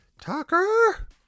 Tucker